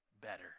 better